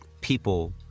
people